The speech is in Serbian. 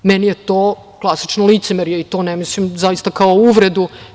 Meni je to klasično licemerje i to ne mislim zaista kao uvredu.